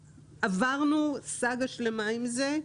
עברנו סאגה שלמה עם זה,